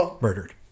murdered